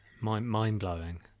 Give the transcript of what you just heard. Mind-blowing